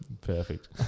Perfect